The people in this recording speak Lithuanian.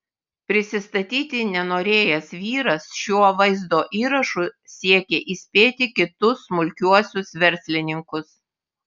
prisistatyti nenorėjęs vyras šiuo vaizdo įrašu siekia įspėti kitus smulkiuosius verslininkus